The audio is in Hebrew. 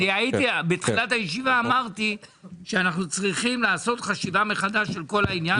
בתחילת הישיבה אמרתי שאנחנו צריכים לעשות חשיבה מחדש על כל העניין.